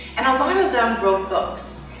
and a lot of them wrote books.